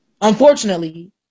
Unfortunately